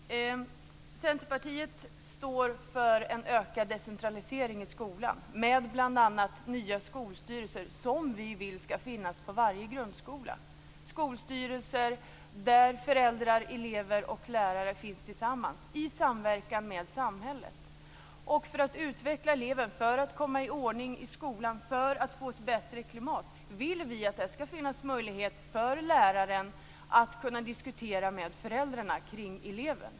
Herr talman! Centerpartiet står för en ökad decentralisering i skolan. Vi vill bl.a. att nya skolstyrelser skall finnas på varje grundskola. Det skall vara skolstyrelser där föräldrar, elever och lärare tillsammans samverkar med samhället. För att eleven skall utvecklas, för att man skall komma i ordning i skolan och för att man skall få ett bättre klimat vill vi att det skall finnas möjlighet för läraren att diskutera med föräldrarna kring eleven.